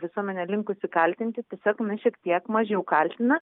visuomenė linkusi kaltinti tiesiog na šiek tiek mažiau kaltina